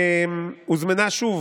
הוזמנה שוב.